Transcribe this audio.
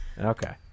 Okay